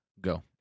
go